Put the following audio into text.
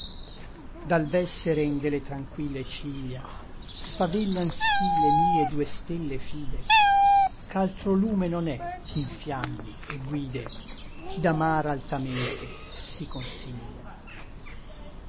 dal bel seren de le tranquille ciglia sfavillan sí le mie due stelle fide ch'altro lume non è ch'infiammi et guide chi d'amar altamente si consiglia